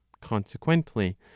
consequently